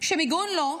שמיגון לא,